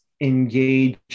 engage